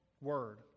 word